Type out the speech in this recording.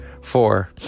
Four